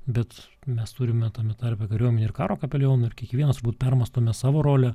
bet mes turime tame tarpe kariuomenėi ir karo kapelionų ir kiekvienas turbūt permąstome savo rolę